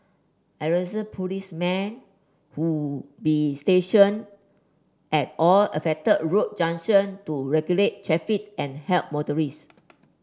policemen would be stationed at all affected road junctions to regulate traffic and help motorists